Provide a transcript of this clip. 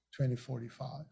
2045